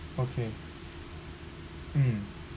okay mm